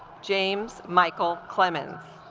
james michael clements